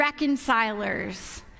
reconcilers